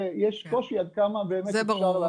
יש קושי עד כמה באמת אפשר לעזור.